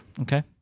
Okay